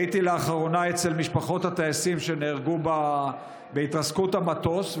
הייתי לאחרונה אצל משפחות הטייסים שנהרגו בהתרסקות המטוס.